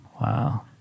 Wow